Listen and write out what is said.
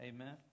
Amen